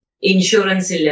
insurance